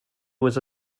was